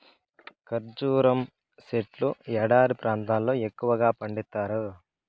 ఖర్జూరం సెట్లు ఎడారి ప్రాంతాల్లో ఎక్కువగా పండిత్తారు